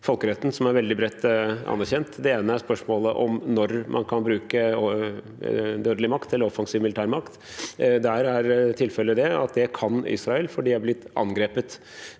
folkeretten som er veldig bredt anerkjent. Det ene spørsmålet er når man kan bruke dødelig makt eller offensiv militærmakt. Der er tilfellet at det kan Israel, for de er blitt angrepet.